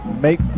make